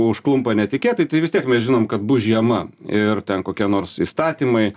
užklumpa netikėtai tai vis tiek mes žinom kad bus žiema ir ten kokie nors įstatymai